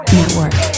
Network